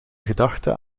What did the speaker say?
gedachte